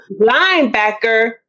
linebacker